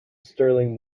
sterling